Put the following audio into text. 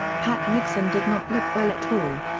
pat nixon did not look well at all.